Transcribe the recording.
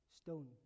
stone